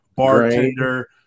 bartender